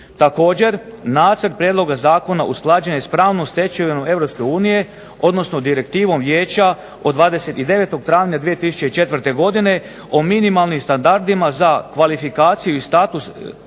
Također, Nacrt prijedloga zakona usklađen je sa pravnom stečevinom Europske unije, odnosno Direktivom Vijeća od 29. travnja 2004. godine o minimalnim standardima za kvalifikaciju i status